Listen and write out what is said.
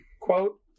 quote